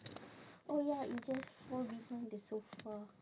oh ya it just fall behind the sofa